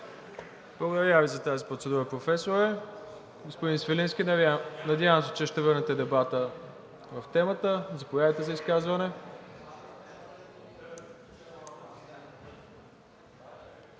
Благодаря Ви за тази процедура, Професоре. Господин Свиленски, надявам се, че ще върнете дебата в темата. Заповядайте за изказване.